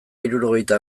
hirurogeita